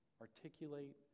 articulate